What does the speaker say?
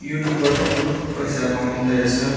युट्युबबाट पनि पैसा कमिँदो रहेछ